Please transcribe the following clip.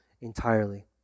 entirely